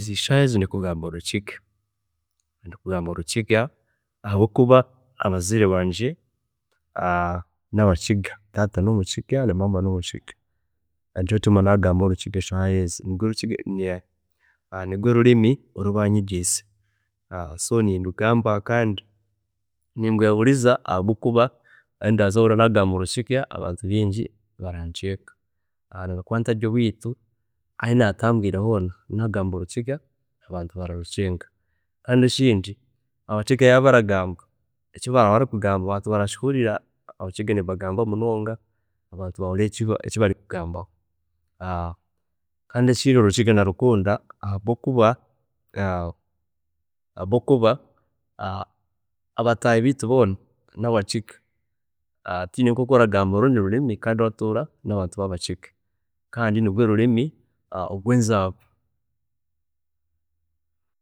﻿Ezi shaaha ezi ndikugamba orukiga, ndi kugamba orukiga ahabwokuba abazaire bangye nabakiga, taata nomukiga na maama nomukiga, nikyo kiratuma nagamba orukiga eshaaha egi, orukiga nirwe rurimi oru banyegyesize so nindugamba kandi nindwehuriza ahabwokuba ahu ndikuza hoona nagamba orukiga abantu bingi bararucenga, nobu hookuba hatari oweitu, ahi natambwiire hoona nagamba orukiga abantu bararucenga kandi nekindi abakiga yaaba baragamba, eki baaba baragamba abantu barakihurira ahakuba abakiga baragamba munonga abantu bahurire eki- eki barikugambaho. Kandi ekindi orukiga ndarukunda munonga ahabwokuba ahabwokuba abataahi beitu boona nabakiga, tiheine nkoku oragamba orurimi orundi rweena kandi oratuura nabakiga kandi nekindi norurimi rwenzaarwa.